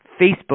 Facebook